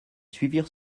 suivirent